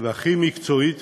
והכי מקצועית